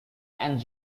and